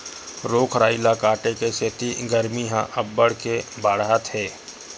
रूख राई ल काटे के सेती गरमी ह अब्बड़ के बाड़हत हे